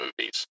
movies